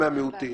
מהמיעוטים,